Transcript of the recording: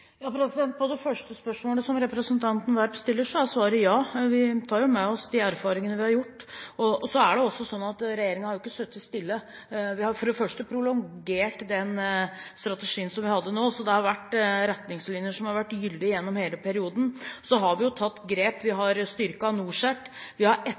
På det første spørsmålet som representanten Werp stiller, er svaret ja. Vi tar med oss de erfaringene vi har gjort. Det er også slik at regjeringen ikke har sittet stille. Vi har for det første prolongert den strategien som vi hadde, det har vært retningslinjer som har vært gyldig gjennom hele perioden. Så har vi tatt grep, vi har styrket NorCERT, vi har etablert et